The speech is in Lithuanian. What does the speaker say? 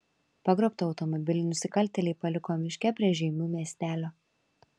pagrobtą automobilį nusikaltėliai paliko miške prie žeimių miestelio